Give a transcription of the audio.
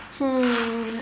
hmm